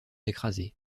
écrasés